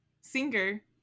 Singer